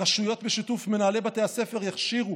הרשויות, בשיתוף מנהלי בתי הספר, יכשירו